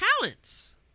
talents